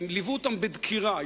ליוו אותן בדקירה.